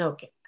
Okay